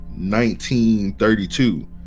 1932